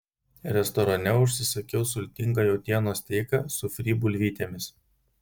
restorane užsisakiau sultingą jautienos steiką su fry bulvytėmis